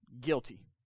guilty